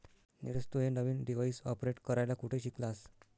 नीरज, तू हे नवीन डिव्हाइस ऑपरेट करायला कुठे शिकलास?